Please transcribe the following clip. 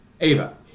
Ava